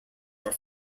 are